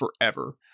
forever